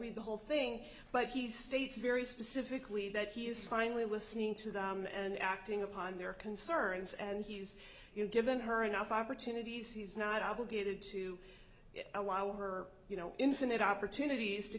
read the whole thing but he states very specifically that he is finally listening to them and acting upon their concerns and he's given her enough opportunities he's not obligated to allow her you know infinite opportunities to